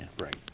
Right